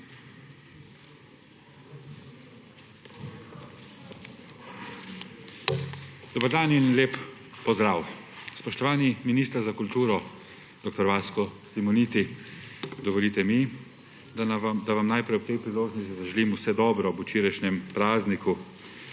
Dober dan in lep pozdrav! Spoštovani minister za kulturo, dr. Vasko Simoniti, dovolite mi, da vam najprej ob tej priložnosti zaželim vse dobro ob včerajšnjem prazniku.